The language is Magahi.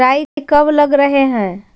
राई कब लग रहे है?